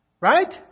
Right